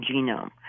genome